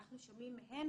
אנחנו שומעים מהן